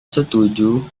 setuju